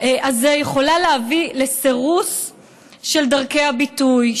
הזה יכולה להביא לסירוס של דרכי הביטוי,